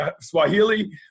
Swahili